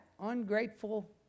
ungrateful